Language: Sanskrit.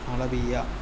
मालवीया